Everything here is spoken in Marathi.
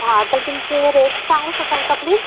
हां तर तुमचे रेट सांगू शकाल का प्लीज